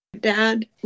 dad